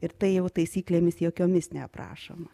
ir tai jau taisyklėmis jokiomis neprašoma